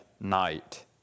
night